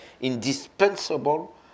indispensable